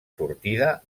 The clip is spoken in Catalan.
sortida